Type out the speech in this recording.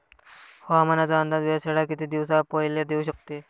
हवामानाचा अंदाज वेधशाळा किती दिवसा पयले देऊ शकते?